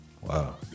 Wow